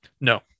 No